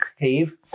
cave